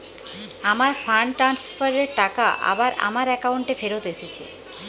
আমার fund transfer এর টাকা আবার আমার একাউন্টে ফেরত এসেছে